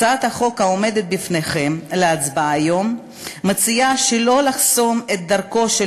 הצעת החוק העומדת בפניכם להצבעה היום מציעה שלא לחסום את דרכו של